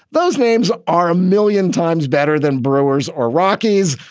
those names are a million times better than borrowers or rockies.